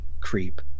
creep